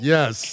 Yes